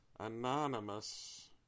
Anonymous